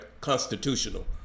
constitutional